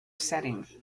setting